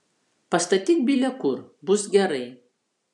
pastatyk bile kur bus gerai